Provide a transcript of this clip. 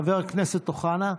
חבר הכנסת אוחנה,